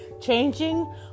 changing